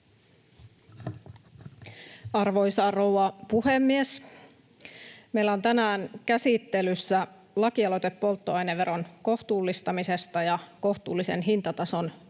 Arvoisa rouva puhemies! Meillä on tänään käsittelyssä lakialoite polttoaineveron kohtuullistamisesta ja kohtuullisen hintatason turvaamisesta